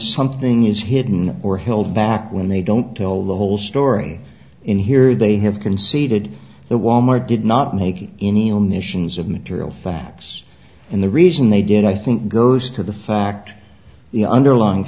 something is hidden or held back when they don't tell the whole story in here they have conceded the wal mart did not make any omissions of material facts and the reason they did i think goes to the fact the underlying